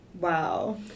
Wow